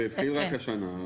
זה התחיל רק השנה.